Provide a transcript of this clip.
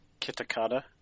Kitakata